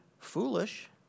Foolish